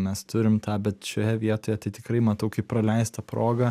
mes turim tą bet šioje vietoje tikrai matau kaip praleistą progą